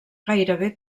gairebé